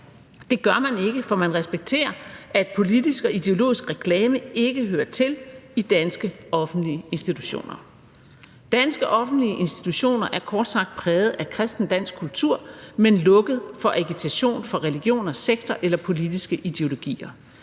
Det gør man ikke, for man respekterer, at politisk og ideologisk reklame ikke hører til i danske offentlige institutioner. Danske offentlige institutioner er kort sagt præget af kristen dansk kultur, men lukket for agitation for religioner, sekter eller politiske ideologier.